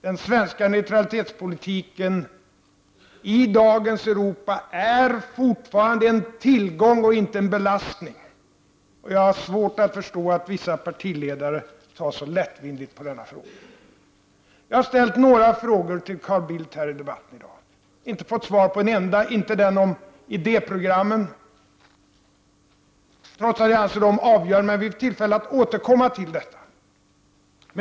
Den svenska neutralitetspolitiken är i dagens Europa fortfarande en tillgång och inte en belastning. Jag har svårt att förstå att vissa partiledare tar så lättvindigt på denna fråga. Jag har i debatten här i dag ställt några frågor till Carl Bildt. Jag har inte fått svar på en enda, inte heller den om idéprogrammen, trots att jag anser att de är avgörande. Jag skall vid tillfälle återkomma till detta.